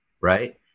right